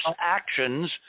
actions